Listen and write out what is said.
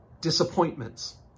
disappointments